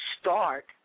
start